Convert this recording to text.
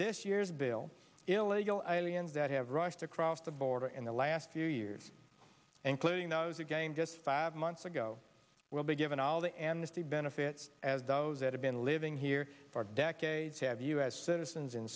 this year's bill illegal aliens that have rushed across the border in the last few years including those again just five months ago will be given all the and see benefits as those that have been living here for decades have u s citizens in